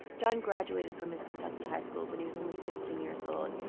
john graduated from his kentucky high school when he was only fifteen years old,